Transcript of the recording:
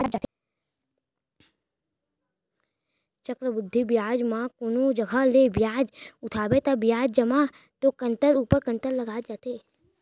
चक्रबृद्धि बियाज म कोनो जघा ले करजा उठाबे ता बियाज एमा तो कंतर ऊपर कंतर लगत जाथे